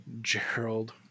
gerald